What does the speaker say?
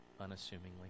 unassumingly